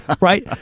Right